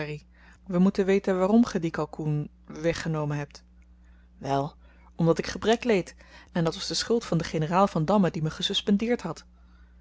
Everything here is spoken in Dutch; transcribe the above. we moeten weten waarom ge dien kalkoen weggenomen hebt wèl omdat ik gebrek leed en dat was de schuld van den generaal vandamme die me gesuspendeerd had